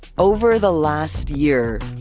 over the last year,